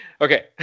Okay